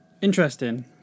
Interesting